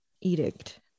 edict